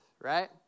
right